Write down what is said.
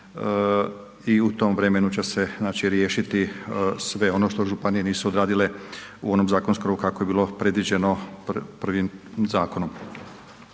i u tom vremenu će se riješiti sve ono što županije nisu odradile u onom zakonskom roku kako je bilo predviđeno prvim zakonom.